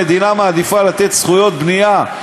המדינה מעדיפה לתת זכויות בנייה,